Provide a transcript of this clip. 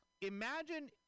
imagine